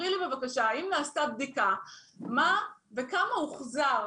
תאמרי לי בבקשה האם נעשתה בדיקה כמה הוחזר